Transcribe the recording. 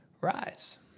rise